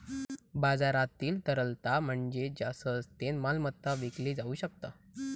बाजारातील तरलता म्हणजे ज्या सहजतेन मालमत्ता विकली जाउ शकता